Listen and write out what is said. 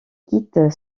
quitte